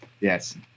Yes